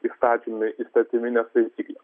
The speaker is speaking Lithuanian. įstatymai įstatyminės taisyklės